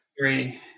three